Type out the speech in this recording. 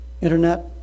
internet